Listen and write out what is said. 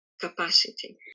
capacity